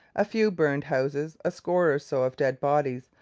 a few burned houses, a score or so of dead bodies,